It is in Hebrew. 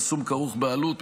הפרסום כרוך בעלות,